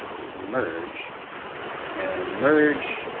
is merge and merge.